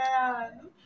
man